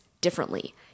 differently